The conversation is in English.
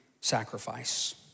sacrifice